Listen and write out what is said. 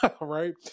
right